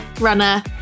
runner